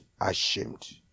ashamed